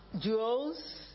Jewels